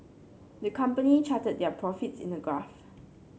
the company charted their profits in a graph